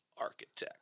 Architect